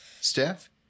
Steph